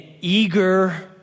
eager